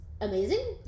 amazing